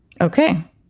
Okay